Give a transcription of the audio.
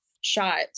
shot